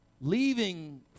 leaving